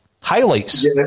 highlights